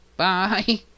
Bye